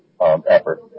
effort